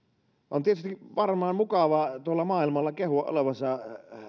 on tietysti varmaan mukavaa tuolla maailmalla kehua olevansa